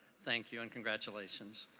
thank you and congratulations.